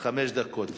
חמש דקות.